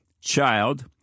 child